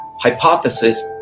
hypothesis